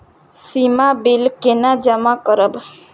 सीमा bill केना जमा करब?